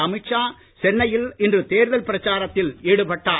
அமித்ஷா சென்னையில் இன்று தேர்தல் பிரச்சாரத்தில் ஈடுபட்டார்